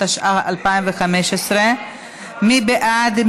התשע"ה 2015. מי בעד?